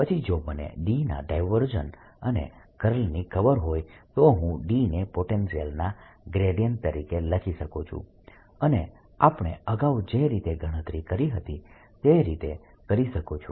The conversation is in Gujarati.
પછી જો મને D ના ડાયવર્જન્સ અને કર્લની ખબર હોય તો હું D ને પોટેન્શિયલના ગ્રેડિયન્ટ તરીકે લખી શકું છું અને આપણે અગાઉ જે રીતે ગણતરી કરી હતી તે રીતે કરી શકું છું